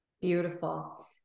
Beautiful